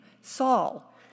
Saul